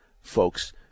Folks